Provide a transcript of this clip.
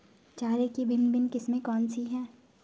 चारे की भिन्न भिन्न किस्में कौन सी हैं?